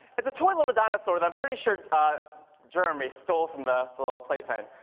it's a toy little dinosaur that i'm pretty sure jeremy stole from the little play pen.